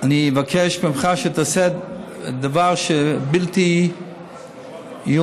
אני אבקש ממך שתעשה דבר שהוא בלתי ייאמן: